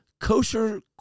Kosher